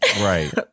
Right